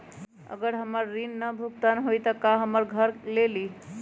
अगर हमर ऋण न भुगतान हुई त हमर घर खेती लेली?